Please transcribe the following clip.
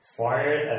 fired